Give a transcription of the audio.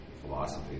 philosophy